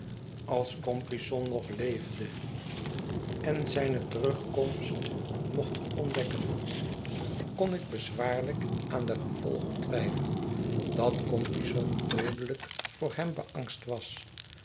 als compeyson nog leefde en zijne terugkomst mocht ontdekken kon ik bezwaarlijk aan de gevolgen twijfelen dat compeyson doodelijk voor hem beangst was